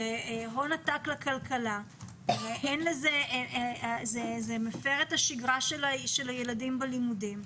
זה הון עתק לכלכלה וזה מפר את השגרה של הילדים בלימודים.